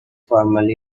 formerly